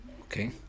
Okay